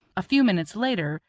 a few minutes later,